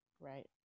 Right